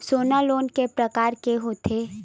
सोना लोन के प्रकार के होथे?